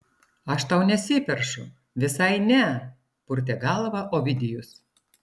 aš tau nesiperšu visai ne purtė galvą ovidijus